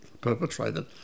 perpetrated